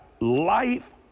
life